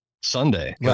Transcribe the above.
Sunday